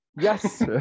Yes